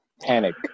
panic